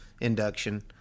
induction